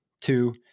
two